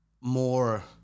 more